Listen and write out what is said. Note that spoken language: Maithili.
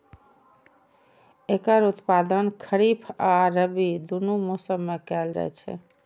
एकर उत्पादन खरीफ आ रबी, दुनू मौसम मे कैल जाइ छै